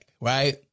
right